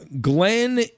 Glenn